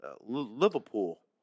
Liverpool